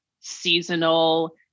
seasonal